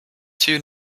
too